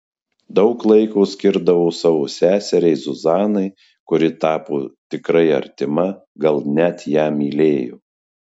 daug laiko skirdavo savo seseriai zuzanai kuri tapo tikrai artima gal net ją mylėjo